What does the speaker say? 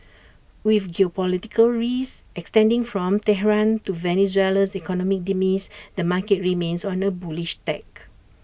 with geopolitical risk extending from Tehran to Venezuela's economic demise the market remains on A bullish tack